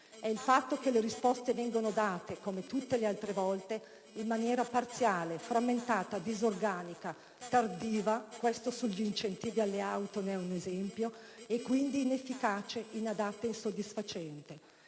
è il fatto che le risposte vengono date, come tutte le altre volte, in maniera frammentata, parziale, disorganica, tardiva - quello sugli incentivi alle auto ne è un esempio - quindi inefficace, inadatta e insoddisfacente.